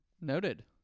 Noted